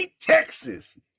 Texas